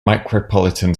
micropolitan